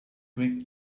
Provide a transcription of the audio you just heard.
quick